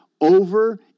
over